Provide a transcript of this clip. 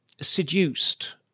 seduced